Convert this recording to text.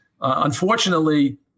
unfortunately